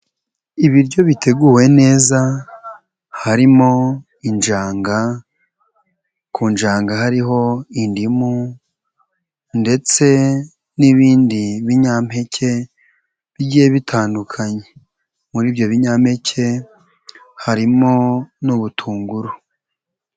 Ibiryo biteguwe neza harimo injanga, ku njanga hariho indimu ndetse n'ibindi binyampeke bigiye bitandukanye, muri ibyo binyampeke harimo n'ubutunguru.